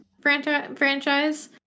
franchise